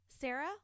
Sarah